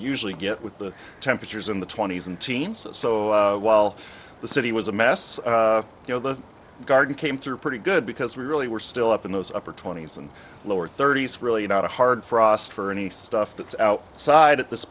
usually get with the temperatures in the twenty's and teens so while the city was a mess you know the garden came through pretty good because we really were still up in those upper twenty's and lower thirty's really not a hard frost for any stuff that's out side at this